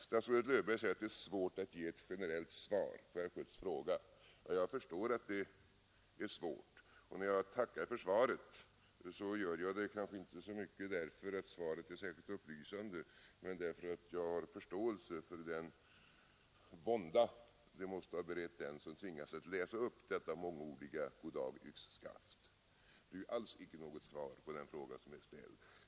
Statsrådet Löfberg säger att det är svårt att ge ett generellt svar på herr Schötts fråga. Ja, jag förstår det. Och när jag nu tackar för svaret gör jag det inte så mycket därför att svaret är särskilt upplysande utan därför att jag har förståelse för den vånda som det måste ha berett den som tvingats läsa upp detta mångordiga god dag — yxskaft. Det är ju alls icke något svar på den fråga som är ställd.